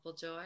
joy